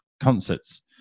concerts